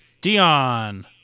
Dion